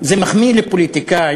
זה מחמיא לפוליטיקאי,